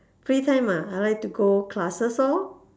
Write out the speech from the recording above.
free time ah I like to go classes lor